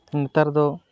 ᱱᱮᱛᱟᱨ ᱫᱚ